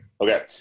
okay